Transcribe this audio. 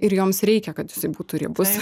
ir joms reikia kad jisai būtų riebus